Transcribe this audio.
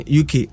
uk